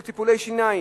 של טיפולי שיניים,